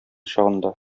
чагында